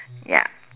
ya